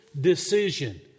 decision